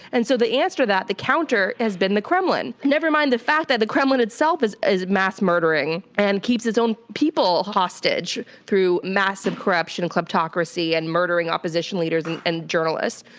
and so the answer that the counter has been the kremlin, never-mind the fact that the kremlin itself is is mass murdering, and keeps it's own people hostage through massive corruption and kleptocracy and murdering opposition leaders and and journalists.